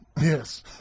yes